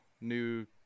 new